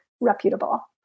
reputable